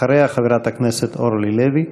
אחריה, חברת הכנסת אורלי לוי.